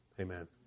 Amen